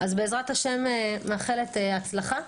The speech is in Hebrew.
בעז"ה מאחלת הצלחה.